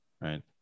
right